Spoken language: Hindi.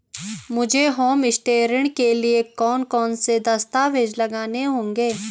मुझे होमस्टे ऋण के लिए कौन कौनसे दस्तावेज़ लगाने होंगे?